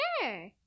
Sure